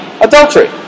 adultery